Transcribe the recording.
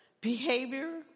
behavior